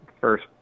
first